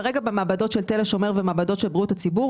כרגע במעבדות של תל השומר ובמעבדות של בריאות הציבור,